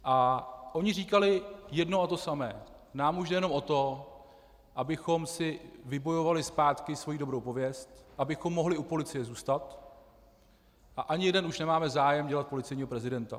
A oni říkali jedno a to samé: Nám už jde jenom o to, abychom si vybojovali zpátky svoji dobrou pověst, abychom mohli u policie zůstat, a ani jeden už nemáme zájem dělat policejního prezidenta.